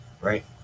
right